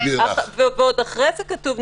ועוד אחרי זה כתוב,